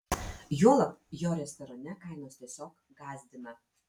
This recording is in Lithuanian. juolab jo restorane kainos tiesiog gąsdina